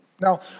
Now